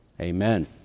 Amen